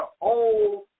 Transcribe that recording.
Old